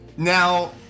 Now